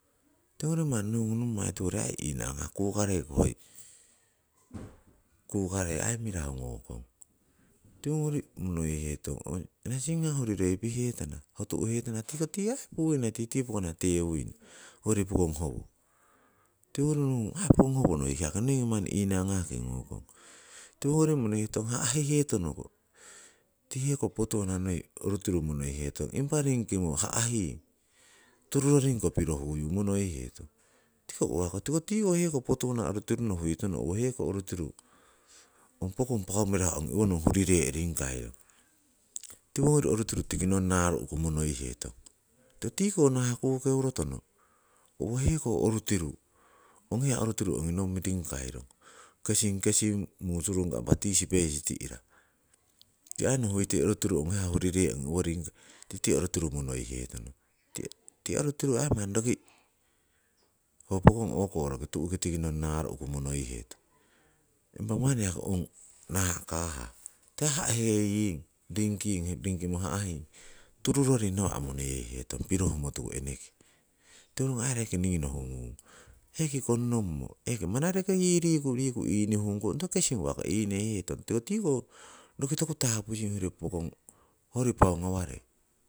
Tiwoning manni nohungong nommai tiwori manni inagah kukarei hoi kukarei aii mirahu ngokong. Tiwongori monoihetong, ong ana singa huriroi pihetana, hotu'hetana tiko tii aii puina pokona tewuina hoyori pokong howo. Tiwongori oh koh pokong howo manni hoigi hewaki inagah ki ngokong. Tiwogori monoietong ha'hihetong ko, tikiheko potuwano noi orutiru mnoihetong, impa ringkimo a'hing tururoring ko pirohuyu monoihetong. Tikoh uwako tiko heko potuwana orutiru ngowoitono, howo heko orituru pokong paau mirahu ongi owo huriree ringkairong. Tiwongori orutiru tiki tiwo naaru'ku monoihetong. Tiko nahah kukeuro turono, owo heko oritiru ongi owo nong ringkairong, kesin kesin mumusurunkah impa tii sipeisi ti'ra, tii aii nohuite oritiru ong hiya ongi owo nong ringkairong. Tikite orutiru monoiheton tii orituru aii manni roki ho pokon hiya tiki tiwo nong naarukuyu monoihetong. Impa manni yaki ong naa' kahah, tiko a'heying ringkimo a'hing toruroring nawa' monoiheton pirohmo tuku eneke. Tiwongori ningii nohungung, ong yaki konnongmo aii manareko yii riku inihungkuung, tiko kesigo uwako iniheyitong tiko tii koh toku tapuying hoyori pokong paau ngawarei.